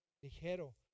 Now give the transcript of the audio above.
ligero